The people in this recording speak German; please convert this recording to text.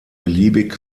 beliebig